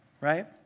Right